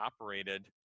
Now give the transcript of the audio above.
operated